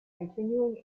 continuing